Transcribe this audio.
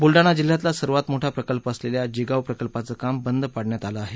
बुलडाणा जिल्ह्यातला सर्वात मोठा प्रकल्प असलेल्या जिगाव प्रकल्पाचं काम बंद पाडण्यात आलं आहे